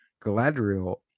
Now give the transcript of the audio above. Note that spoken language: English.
Galadriel